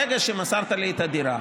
ברגע שמסרת לי את הדירה,